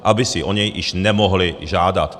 Aby si o něj již nemohly žádat.